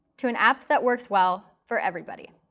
to an app that works well for everybody.